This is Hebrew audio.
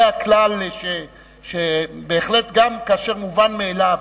זה הכלל, בהחלט, גם כאשר מובן מאליו.